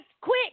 quick